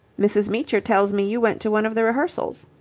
mrs. meecher tells me you went to one of the rehearsals.